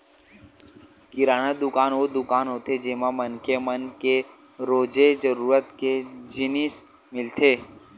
किराना दुकान वो दुकान होथे जेमा मनखे मन के रोजे जरूरत के जिनिस मिलथे